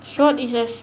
SWOT is as